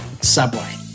Subway